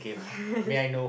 yes